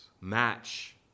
match